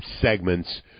segments